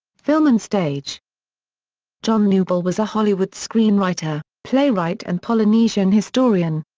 film and stage john kneubuhl was a hollywood screenwriter, playwright and polynesian historian.